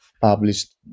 published